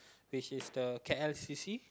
which is the K_L C_C